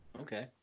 Okay